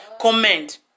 Comment